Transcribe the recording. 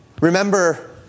Remember